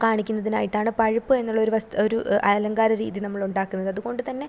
കാണിക്കുന്നതിനായിട്ടാണ് പഴുപ്പ് എന്നുള്ളൊരു വസ്തു ഒരു അലങ്കാര രീതി നമ്മളുണ്ടാക്കുന്നത് അതു കൊണ്ടു തന്നെ